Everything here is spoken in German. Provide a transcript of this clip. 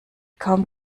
kaum